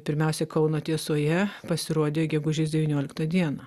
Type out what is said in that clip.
pirmiausia kauno tiesoje pasirodė gegužės devynioliktą dieną